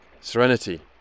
Serenity